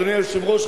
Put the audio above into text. אדוני היושב-ראש,